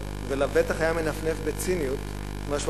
ולבטח היה מנפנף בציניות את מה שהוא